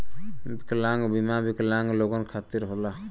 विकलांग बीमा विकलांग लोगन खतिर होला